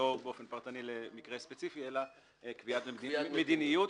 לא באופן פרטני למקרה ספציפי אלא קביעת מדיניות.